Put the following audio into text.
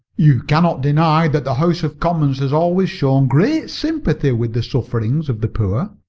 you cannot deny that the house of commons has always shown great sympathy with the sufferings of the poor.